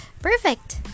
Perfect